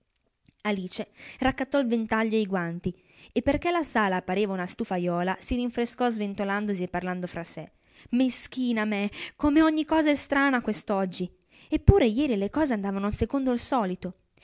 alice raccattò il ventaglio e i guanti e perchè la sala pareva una stufaiuola si rinfrescò sventolandosi e parlando fra sè meschina me come ogni cosa è strana quest'oggi eppure ieri le cose andavano secondo il solito